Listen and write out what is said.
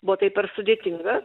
buvo tai per sudėtinga